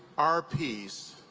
our peace,